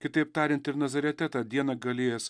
kitaip tariant ir nazarete tą dieną galėjęs